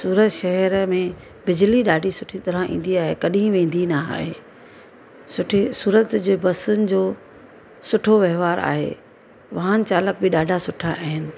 सूरत शहर में बिजली ॾाढी सुठी तरह ईंदी आहे कॾहिं वेंदी न आहे सुठे सूरत जे बसियुनि जो सुठो व्यवहारु आहे वाहन चालक बि ॾाढा सुठा आहिनि